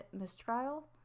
mistrial